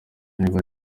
niba